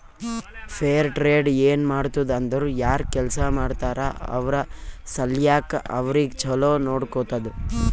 fair trade ಏನ್ ಮಾಡ್ತುದ್ ಅಂದುರ್ ಯಾರ್ ಕೆಲ್ಸಾ ಮಾಡ್ತಾರ ಅವ್ರ ಸಲ್ಯಾಕ್ ಅವ್ರಿಗ ಛಲೋ ನೊಡ್ಕೊತ್ತುದ್